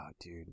dude